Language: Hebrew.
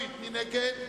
נגד?